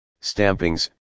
stampings